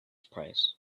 price